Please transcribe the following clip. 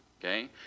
Okay